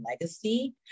legacy